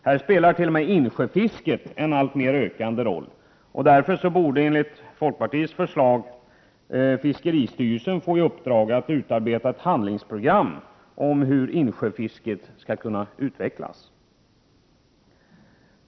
Här spelar t.o.m. insjöfisket en alltmer ökande roll. Därför borde, enligt folkpartiets förslag, fiskeristyrelsen få i uppdrag att utarbeta ett handlingsprogram om hur insjöfisket skall kunna utvecklas.